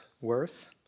worth